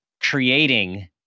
creating